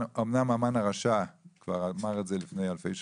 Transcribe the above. אמנם המן הרשע כבר אמר את זה לפני אלפי שנים,